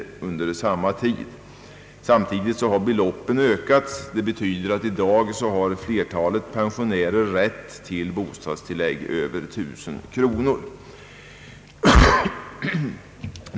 Samtidigt har beloppen ökats. Det betyder att i dag har flertalet pensionärer rätt till bostadstillägg över 1000 kronor.